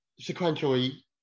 sequentially